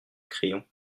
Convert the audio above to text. crayon